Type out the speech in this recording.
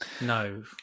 no